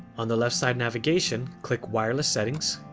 on the left side navigation, click wireless settings